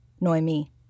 noemi